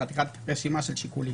זאת רשימה גדולה של שיקולים.